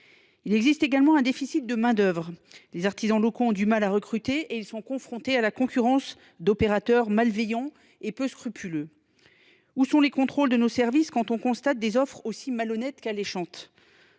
on déplore un déficit de main d’œuvre. Les artisans locaux ont du mal à recruter. Ils sont confrontés à la concurrence d’opérateurs malveillants et peu scrupuleux. Où sont les contrôles de nos services quand on constate des offres aussi malhonnêtes qu’alléchantes ?